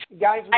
guys